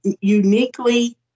uniquely